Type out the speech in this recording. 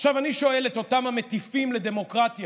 עכשיו אני שואל את אותם המטיפים לדמוקרטיה